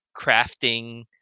crafting